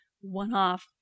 one-off